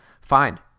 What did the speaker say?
Fine